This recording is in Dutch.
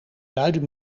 luide